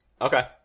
Okay